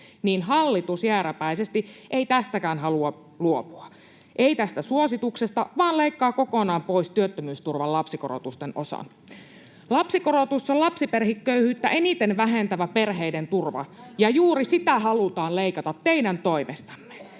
niin hallitus jääräpäisesti ei tästäkään halua luopua — ei tästä suosituksesta, vaan leikkaa kokonaan pois työttömyysturvan lapsikorotusten osan. Lapsikorotus on lapsiperheköyhyyttä eniten vähentävä perheiden turva, ja juuri sitä halutaan leikata teidän toimestanne.